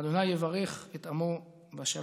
ה' יברך את עמו בשלום".